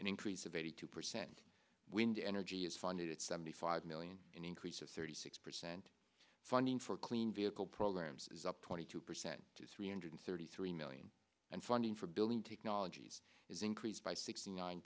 an increase of eighty two percent wind energy is funded at seventy five million an increase of thirty six percent funding for clean vehicle programs is up twenty two percent to three hundred thirty three million and funding for building technologies is increased by sixty nine